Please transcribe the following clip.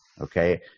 okay